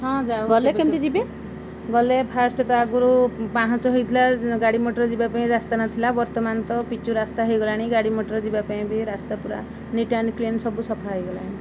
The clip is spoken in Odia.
ହଁ ଯାଉ ଗଲେ କେମିତି ଯିବେ ଗଲେ ଫାଷ୍ଟ ତ ଆଗରୁ ପାହାଞ୍ଚ ହେଇଥିଲା ଗାଡ଼ିମଟର ଯିବା ପାଇଁ ରାସ୍ତା ନଥିଲା ବର୍ତ୍ତମାନ ତ ପିଚୁ ରାସ୍ତା ହେଇଗଲାଣି ଗାଡ଼ିମଟର ଯିବାପାଇଁ ବି ରାସ୍ତା ପୁରା ନିଟ୍ ଆଣ୍ଡ କ୍ଲିନ୍ ସବୁ ସଫା ହୋଇଗଲାଣି